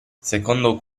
secondo